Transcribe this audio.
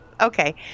Okay